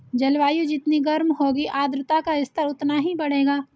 जलवायु जितनी गर्म होगी आर्द्रता का स्तर उतना ही बढ़ेगा